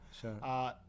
Sure